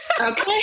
Okay